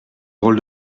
drôle